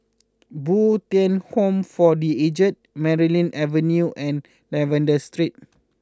Bo Tien Home for the Aged Merryn Avenue and Lavender Street